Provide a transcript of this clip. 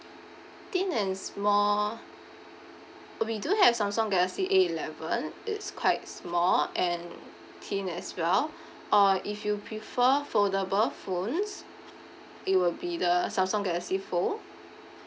thin and small we do have samsung galaxy A eleven it's quite small and thin as well or if you prefer foldable phones it will be the samsung galaxy fold